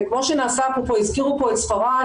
וכמו שהזכירו פה את ספרד,